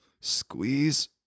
squeeze